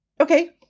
Okay